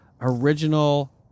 original